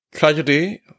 Tragedy